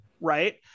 right